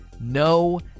no